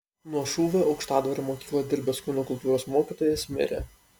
nuo šūvio aukštadvario mokykloje dirbęs kūno kultūros mokytojas mirė